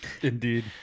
indeed